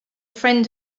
friend